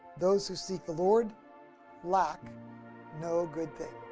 those who seek the lord lack no good thing.